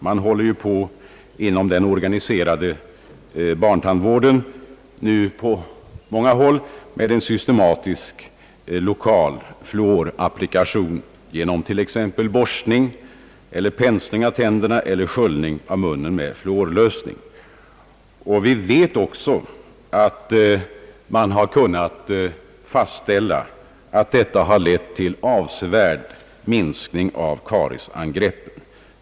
Man är nu inom den organiserade barntandvården på många håll i färd med en systematisk lokal fluorapplikation genom t. ex borstning eller pensling av tänderna eller sköljning av munnen med fluorlösning. Vi vet också att det har kunnat fastställas att detta lett till en avsevärd minskning av kariesangreppen.